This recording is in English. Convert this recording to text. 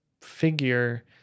figure